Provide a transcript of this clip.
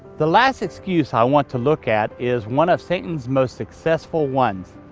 the last excuse i want to look at is one of satan's most successful ones.